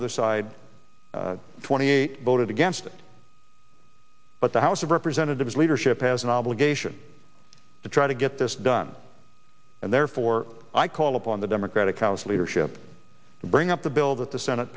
other side twenty eight voted against it but the house of representatives leadership has an obligation to try to get this done and therefore i call upon the democrat caus leadership bring up the bill that the senate